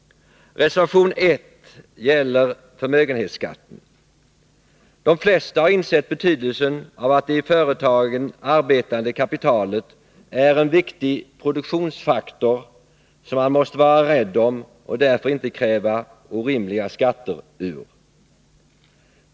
Reservation 1 gäller förmögenhetsskatten. De flesta har insett betydelsen av att det i företagen arbetande kapitalet är en viktig produktionsfaktor, som man måste vara rädd om och därför inte kan kräva orimliga skatter ur.